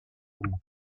humo